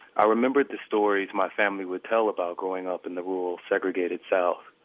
i remembered the stories my family would tell about growing up in the rural segregated south.